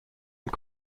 und